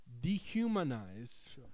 dehumanize